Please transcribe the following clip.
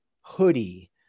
hoodie